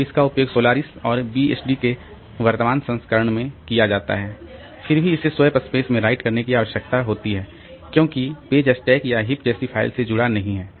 तो इसका उपयोग सोलारिस और बीएसडी के वर्तमान संस्करण में किया जाता है फिर भी इसे स्वैप स्पेस में राइट करने की आवश्यकता होती है क्योंकि पेज स्टैक या हीप जैसी फाइल से जुड़ा नहीं है